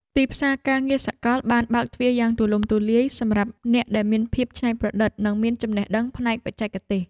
ទីផ្សារការងារសកលបានបើកទ្វារយ៉ាងទូលំទូលាយសម្រាប់អ្នកដែលមានភាពច្នៃប្រឌិត និងមានចំណេះដឹងផ្នែកបច្ចេកទេស។